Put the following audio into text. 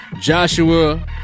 Joshua